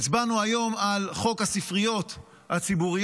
הצבענו היום על חוק הספריות הציבוריות,